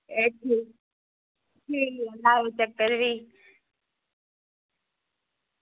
एह् ठीक ठीक लायो चक्कर भी